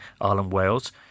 Ireland-Wales